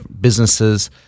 businesses